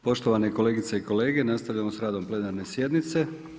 Poštovane kolegice i kolege, nastavljamo s radom plenarne sjednice.